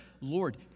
Lord